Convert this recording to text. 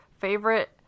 Favorite